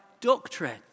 doctrine